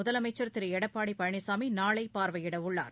முதலமைச்சர் திரு எடப்பாடி பழனிசாமி நாளை பார்வையிட உள்ளார்